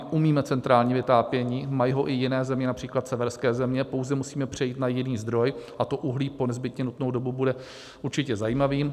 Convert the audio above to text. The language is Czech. Umíme centrální vytápění, mají ho i jiné země, například severské země, pouze musíme přejít na jiný zdroj, a to uhlí po nezbytně nutnou dobu bude určitě zajímavým.